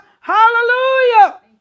Hallelujah